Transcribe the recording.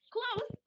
Close